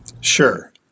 sure